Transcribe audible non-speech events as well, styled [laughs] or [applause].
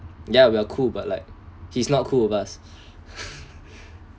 ya we are cool but like he's not cool of us [laughs]